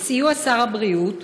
"בסיוע שר הבריאות,